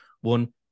one